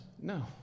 No